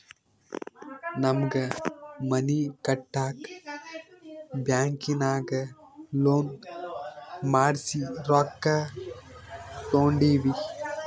ನಮ್ಮ್ಗ್ ಮನಿ ಕಟ್ಟಾಕ್ ಬ್ಯಾಂಕಿನಾಗ ಲೋನ್ ಮಾಡ್ಸಿ ರೊಕ್ಕಾ ತೊಂಡಿವಿ